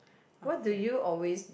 what do you always